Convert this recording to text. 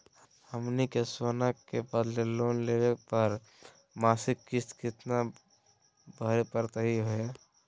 हमनी के सोना के बदले लोन लेवे पर मासिक किस्त केतना भरै परतही हे?